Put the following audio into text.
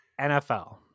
NFL